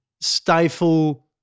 stifle